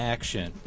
Action